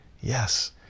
Yes